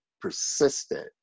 persistent